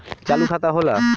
चालू खाता का होला?